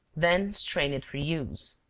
then strain it for use.